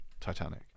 Titanic